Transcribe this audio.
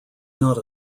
not